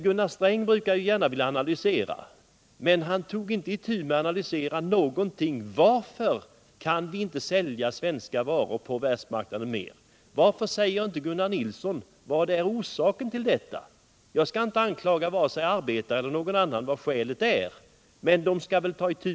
Gunnar Sträng brukar gärna vilja analysera, men han tog inte alls itu med att analysera varför vi inte kan sälja svenska varor på världsmarknaden mer. Varför säger inte Gunnar Nilsson: Vad är orsaken till detta? Jag skall inte anklaga vare sig arbetare eller andra när det gäller orsakerna.